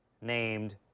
named